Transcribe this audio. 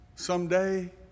someday